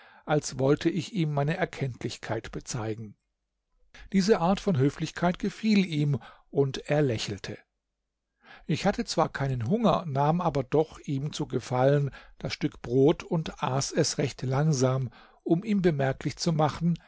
als wollte ich ihm meine erkenntlichkeit bezeigen diese art von höflichkeit gefiel ihm und er lächelte ich hatte zwar keinen hunger nahm aber doch ihm zu gefallen das stück brot und aß es recht langsam um ihm bemerklich zu machen